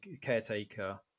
caretaker